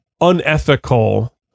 unethical